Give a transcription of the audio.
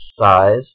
size